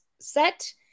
set